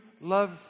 love